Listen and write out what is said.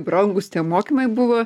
brangūs tie mokymai buvo